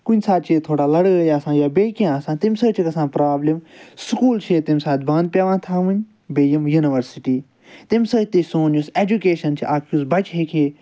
کُنہِ ساتہٕ چھِ ییٚتہِ تھوڑا لَڑٲے آسان یا بیٚیہِ کینٛہہ آسان تَمہِ سۭتۍ چھِ گَژھان پرابلِم سُکول چھِ ییٚتہِ تَمہِ ساتہٕ بند پٮ۪وان تھاوٕنۍ بیٚیہِ یِمہٕ یونیورسٹی تَمہِ سۭتۍ تہِ چھُ سون یُس ایٚجُکیشَن چھِ اکھ یُس بَچہِ ہیٚکہِ ہے